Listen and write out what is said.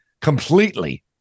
completely